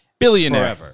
Billionaire